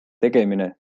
tegemine